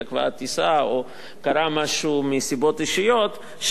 התעכבה הטיסה או קרה משהו מסיבות אישיות,